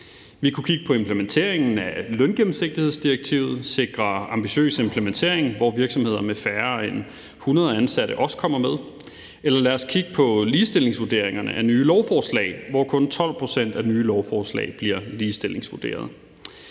Vi kunne kigge på implementeringen af løngennemsigtighedsdirektivet, sikre ambitiøs implementering, hvor virksomheder med færre end 100 ansatte også kommer med, eller lad os kigge på ligestillingsvurderingerne af nye lovforslag, hvor kun 12 pct. af nye lovforslag bliver ligestillingsvurderet.